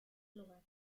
lugar